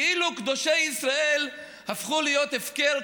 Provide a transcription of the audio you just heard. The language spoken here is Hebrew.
כאילו קדושי ישראל הפכו להיות הפקר,